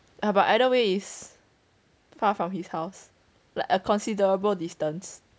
ah but either way is far from his house like a considerable distance